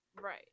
Right